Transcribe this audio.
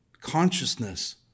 consciousness